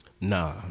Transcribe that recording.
Nah